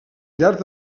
llarg